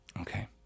Okay